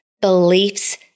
beliefs